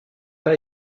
pas